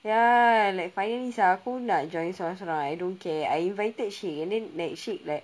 ya like finally sia aku nak join sorang-sorang I don't care I invited syed and then like syed like